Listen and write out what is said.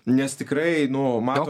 nes tikrai nu matom o ką blogai daro rangovą